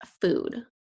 food